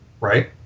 right